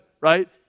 right